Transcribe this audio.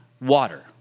water